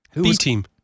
B-Team